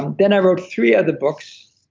then i wrote three other books,